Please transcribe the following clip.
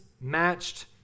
matched